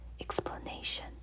explanation